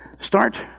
Start